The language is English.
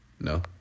No